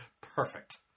Perfect